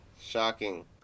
Shocking